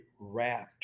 wrapped